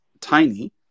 tiny